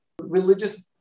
religious